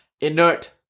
inert